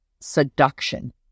seduction